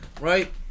right